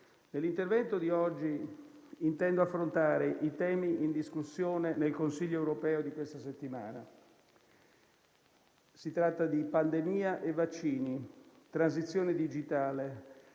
nell'intervento di oggi intendo affrontare i temi in discussione nel Consiglio europeo di questa settimana. Si tratta di pandemia e vaccini, transizione digitale,